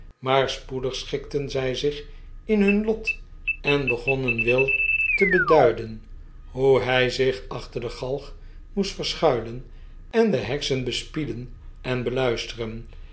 maar spoedig schikten zij zich in hun lot en begonnen willtebeduiden hoe hij zich achter de galg moest verschuilen en de heksen bespieden en beluisteren